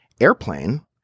Airplane